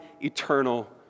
eternal